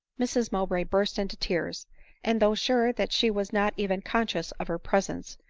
mrs mowbray burst into tears and though sure that she was not even conscious of her presence,